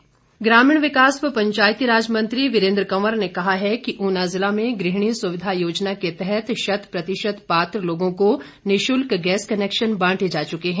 वीरेंद्र कंवर ग्रामीण विकास व पंचायतीराज मंत्री वीरेंद्र कंवर ने कहा है कि ऊना जिला में गृहिणी सुविधा योजना के तहत शतप्रतिशत पात्र लोगों को निशुल्क गैस कनेक्शन बांटे जा चुके हैं